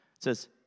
Says